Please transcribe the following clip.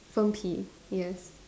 firm P yes